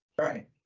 Right